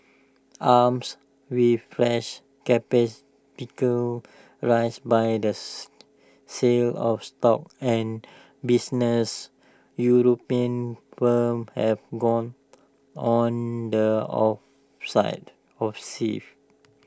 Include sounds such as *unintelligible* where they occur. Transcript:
armes with fresh *unintelligible* raised by *unintelligible* the sale of stock and businesses european firms have gone on the *unintelligible* offensive